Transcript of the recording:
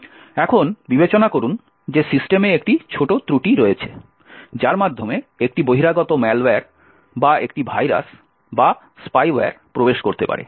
এখন বিবেচনা করুন যে সিস্টেমে একটি ছোট ত্রুটি রয়েছে যার মাধ্যমে একটি বহিরাগত ম্যালওয়্যার বা একটি ভাইরাস বা স্পাইওয়্যার প্রবেশ করতে পারে